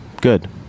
good